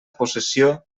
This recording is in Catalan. possessió